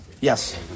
yes